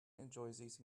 enjoys